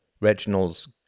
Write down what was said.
Reginald's